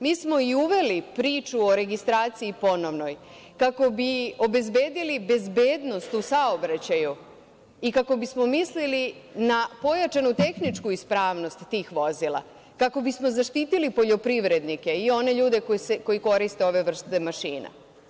Mi smo i uveli priču o ponovnoj registraciji kako bi obezbedili bezbednost u saobraćaju i kako bismo mislili na pojačanu tehničku ispravnost tih vozila, kako bismo zaštitili poljoprivrednike i one ljude koji koriste ovu vrstu mašina.